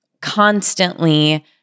constantly